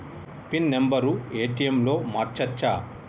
Pin number ATM లో మార్చచ్చా?